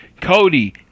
Cody